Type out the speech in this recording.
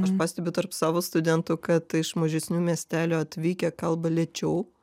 aš pastebiu tarp savo studentų kad iš mažesnių miestelių atvykę kalba lėčiau